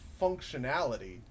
functionality